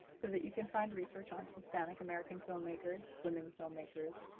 so that you can find research on hispanic american filmmakers, women filmmakers,